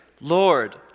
Lord